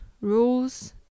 rules